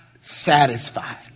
satisfied